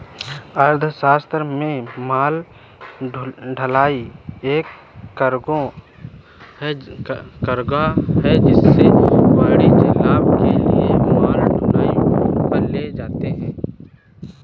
अर्थशास्त्र में माल ढुलाई एक कार्गो है जिसे वाणिज्यिक लाभ के लिए माल ढुलाई पर ले जाते है